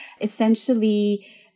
Essentially